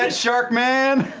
and shark man?